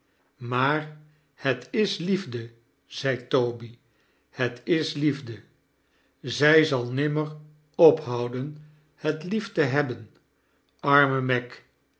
maar het is liefde zei toby het is liefde zij zal nimmer ophouden het lief te hebben arme meg